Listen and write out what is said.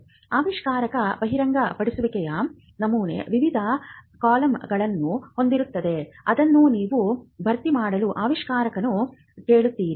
ಆವಿಷ್ಕಾರ ಬಹಿರಂಗಪಡಿಸುವಿಕೆಯ ನಮೂನೆ ವಿವಿಧ ಕಾಲಮ್ಗಳನ್ನು ಹೊಂದಿರುತ್ತದೆ ಅದನ್ನು ನೀವು ಭರ್ತಿ ಮಾಡಲು ಆವಿಷ್ಕಾರಕನನ್ನು ಕೇಳುತ್ತೀರಿ